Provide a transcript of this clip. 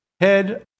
head